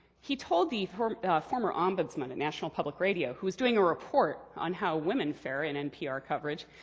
he told the former former ombudsman at national public radio, who was doing a report on how women fare in npr coverage,